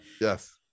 yes